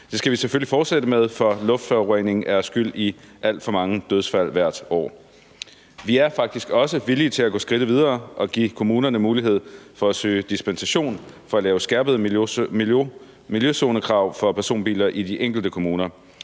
Det skal vi selvfølgelig fortsætte med, for luftforurening er skyld i alt for mange dødsfald hvert år. Vi er faktisk også villige til at gå skridtet videre og give kommunerne mulighed for at søge dispensation for at lave skærpede miljøzonekrav for personbiler i de enkelte kommuner.